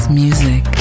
music